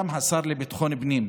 גם השר לביטחון פנים,